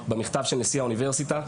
במכתב של נשיא האוניברסיטה,